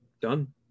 done